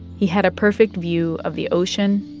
he had a perfect view of the ocean,